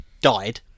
died